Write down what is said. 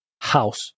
house